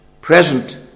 present